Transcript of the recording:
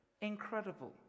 incredible